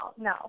No